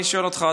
אני שואל אותך,